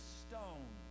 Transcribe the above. stone